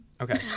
Okay